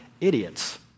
idiots